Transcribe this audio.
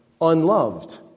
unloved